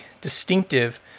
distinctive